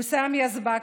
ויסאם יזבק,